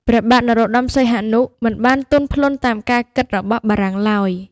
ព្រះបាទនរោត្ដម សីហនុ មិនបានទន់ភ្លន់តាមការគិតរបស់បារាំងឡើយ។